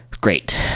Great